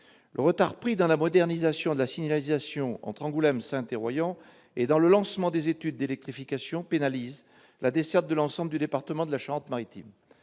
Le retard pris dans la modernisation de la signalisation entre Angoulême, Saintes et Royan et dans le lancement des études d'électrification pénalise la desserte de l'ensemble du département de la Charente-Maritime.